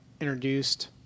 introduced